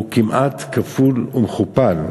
הוא כמעט כפול ומכופל,